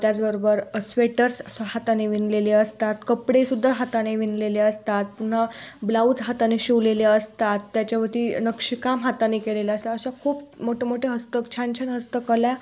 त्याचबरोबर स्वेटर्स हाताने विणलेले असतात कपडेसुद्धा हाताने विणलेले असतात पुन्हा ब्लाऊज हाताने शिवलेले असतात त्याच्यावरती नक्षीकाम हाताने केले असतं अशा खूप मोठेमोठे हस्तक छान छान हस्तकला